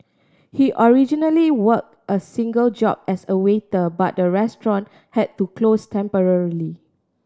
he originally worked a single job as a waiter but the restaurant had to close temporarily